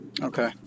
Okay